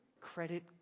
credit